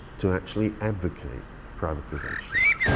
to actually advocate privatizations.